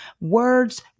Words